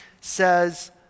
says